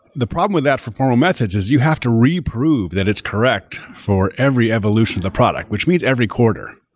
the problem with that for formal methods is you have to reprove that it's correct for every evolution of the product, which means every quarter.